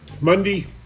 Monday